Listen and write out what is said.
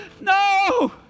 No